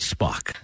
Spock